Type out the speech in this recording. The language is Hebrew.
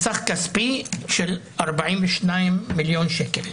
בסך כספי של 42 מיליון שקל.